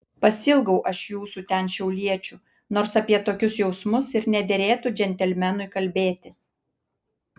pasiilgau aš jūsų ten šiauliečių nors apie tokius jausmus ir nederėtų džentelmenui kalbėti